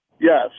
Yes